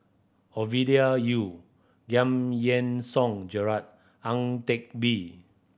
Ovidia Yu Giam Yean Song Gerald Ang Teck Bee